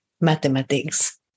mathematics